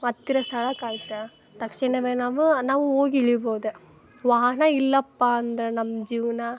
ಹತ್ತಿರ ಸ್ಥಳಕ್ಕೆ ಆಯ್ತು ತಕ್ಷಣವೆ ನಾವು ನಾವು ಹೋಗಿ ಇಳಿಬೋದು ವಾಹನ ಇಲ್ಲಪ್ಪ ಅಂದ್ರೆ ನಮ್ಮ ಜೀವನ